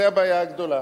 זו הבעיה הגדולה.